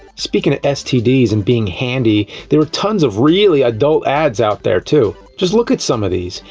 speaking of stds and being handy, there were tons of really adult ads out there, too. just look at some of these!